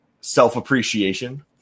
Self-appreciation